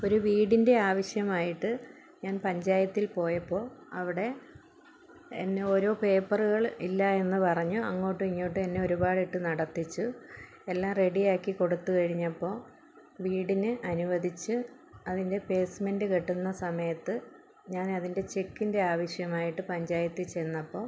ഒരു വീടിൻ്റെ ആവശ്യമായിട്ട് ഞാൻ പഞ്ചായത്തിൽ പോയപ്പോൾ അവിടെ എന്നെ ഓരോ പേപ്പറുകൾ ഇല്ല എന്ന് പറഞ്ഞ് അങ്ങോട്ടും ഇങ്ങോട്ടും എന്നെ ഒരുപാടിട്ട് നടത്തിച്ചു എല്ലാം റെഡി ആക്കി കൊടുത്തുകഴിഞ്ഞപ്പോൾ വീടിന് അനുവദിച്ച് അതിൻ്റെ ബേസ്മെൻറ് കെട്ടുന്ന സമയത്ത് ഞാൻ അതിൻ്റെ ചെക്കിൻ്റെ ആവശ്യമായിട്ട് പഞ്ചായത്തിൽ ചെന്നപ്പോൾ